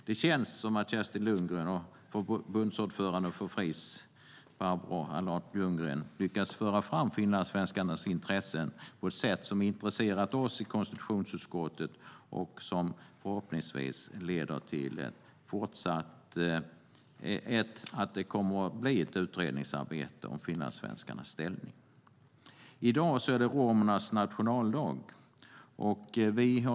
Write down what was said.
Det känns som att Kerstin Lundgren och förbundsordföranden för Fris Barbro Allardt Ljunggren lyckats föra fram finlandssvenskarnas intressen på ett sätt som har intresserat oss i konstitutionsutskottet och som förhoppningsvis leder till att det kommer att bli ett utredningsarbete om finlandssvenskarnas ställning. I dag är det romernas nationaldag.